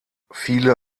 viele